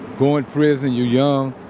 go in prison, you're young.